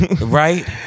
right